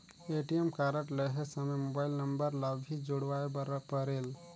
ATM card लहे समय mobile number ला भी जुड़वाए बर परेल?